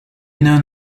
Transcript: known